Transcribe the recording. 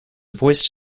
voiced